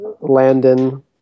Landon